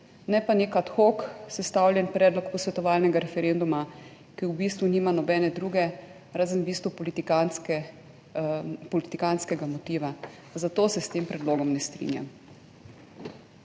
ne pa neki ad hoc sestavljen predlog posvetovalnega referenduma, ki v bistvu nima nobene druge, razen v bistvu politikantske politikantskega motiva, zato se s tem predlogom ne strinjam.